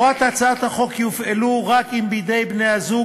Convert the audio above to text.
הוראות הצעת החוק יופעלו רק אם בידי בני-הזוג